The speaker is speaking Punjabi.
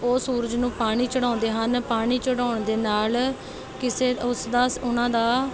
ਉਹ ਸੂਰਜ ਨੂੰ ਪਾਣੀ ਚੜ੍ਹਾਉਂਦੇ ਹਨ ਪਾਣੀ ਚੜ੍ਹਾਉਣ ਦੇ ਨਾਲ ਕਿਸੇ ਉਸਦਾ ਸ ਉਨ੍ਹਾਂ ਦਾ